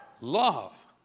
Love